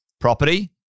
property